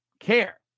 care